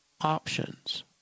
options